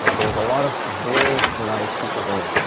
ah there's a lot of very nice features in there.